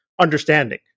understanding